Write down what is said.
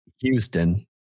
Houston